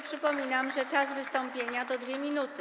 Przypominam, że czas wystąpienia to 2 minuty.